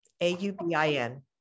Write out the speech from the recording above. A-U-B-I-N